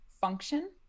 function